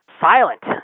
silent